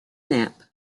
nap